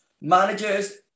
managers